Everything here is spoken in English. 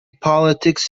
politics